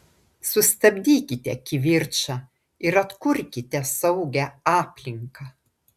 sustabdykite kivirčą ir atkurkite saugią aplinką